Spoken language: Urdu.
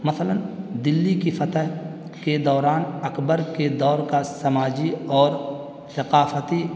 مثلاً دلّی کی فتح کے دوران اکبر کے دور کا سماجی اور ثقافتی